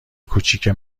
کوچیکه